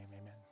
amen